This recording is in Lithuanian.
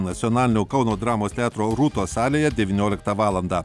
nacionalinio kauno dramos teatro rūtos salėje devynioliktą valandą